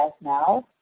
now